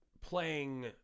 playing